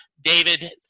David